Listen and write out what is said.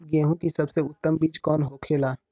गेहूँ की सबसे उत्तम बीज कौन होखेला?